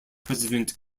president